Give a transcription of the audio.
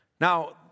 Now